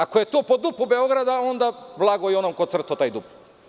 Ako je to po DUP-u Beograda onda blago onom ko je crtao taj DUP.